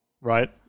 Right